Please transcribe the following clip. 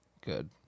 good